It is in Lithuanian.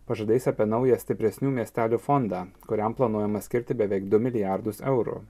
pažadais apie naują stipresnių miestelių fondą kuriam planuojama skirti beveik du milijardus eurų